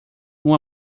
uma